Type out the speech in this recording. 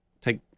take